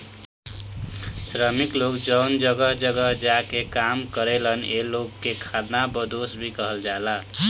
श्रमिक लोग जवन जगह जगह जा के काम करेलन ए लोग के खानाबदोस भी कहल जाला